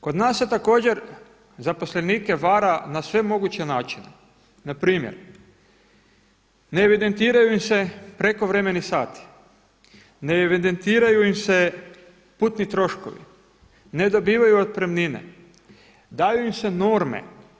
Kod nas se također zaposlenike vara na sve moguće načine, npr. ne evidentiraju im se prekovremeni sati, ne evidentiraju im se putni troškovi, ne dobivaju otpremnine, daju im se norme.